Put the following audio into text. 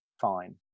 fine